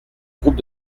groupe